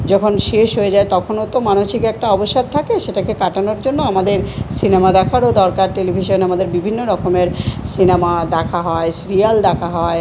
যখন শেষ হয়ে যায় তখনও তো মানসিক একটা অবসাদ থাকে সেটাকে কাটানোর জন্য আমাদের সিনেমা দেখারও দরকার টেলিভিশন আমাদের বিভিন্ন রকমের সিনেমা দেখা হয় সিরিয়াল দেখা হয়